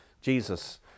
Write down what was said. Jesus